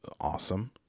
Awesome